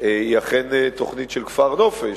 היא אכן תוכנית של כפר נופש.